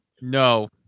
No